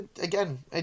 again